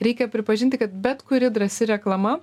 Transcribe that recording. reikia pripažinti kad bet kuri drąsi reklama